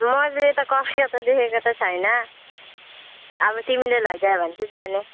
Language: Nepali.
मैले त कलकत्ता देखेको त छैन अब तिमीले लैजाने भने चाहिँ जाने